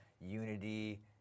Unity